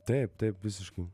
taip taip visiškai